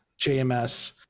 JMS